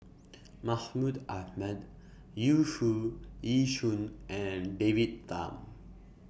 Mahmud Ahmad Yu Foo Yee Shoon and David Tham